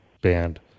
band